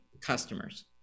customers